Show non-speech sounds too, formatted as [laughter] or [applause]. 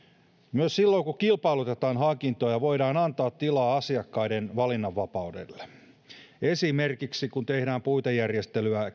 myös silloin kun kilpailutetaan hankintoja voidaan antaa tilaa asiakkaiden valinnanvapaudelle esimerkiksi kun käytetään puitejärjestelyä [unintelligible]